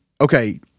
Okay